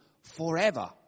forever